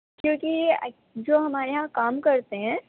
کیونکہ یہ جو ہمارے یہاں کام کرتے ہیں